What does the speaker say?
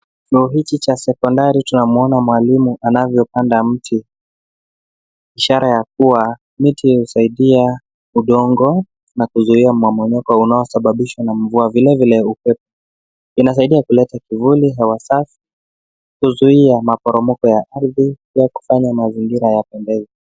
Chuo hiki cha sekondari tunamwona mwalimu anavyopanda mti, ishara ya kuwa miti husaidia udongo na kuzuia mmomonyoko unaosabibishwa na mvua. Vilevile inasaidia kuleta kivuli, hewa safi, kuzuia maporomoko ya ardhi, pia kufanya mazingira yapendeze.